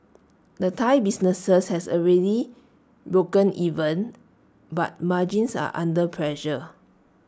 the Thai businesses has A really broken even but margins are under pressure